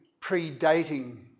predating